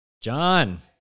John